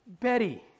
Betty